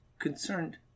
concerned